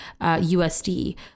USD